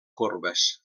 corbes